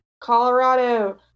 Colorado